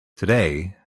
today